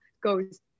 goes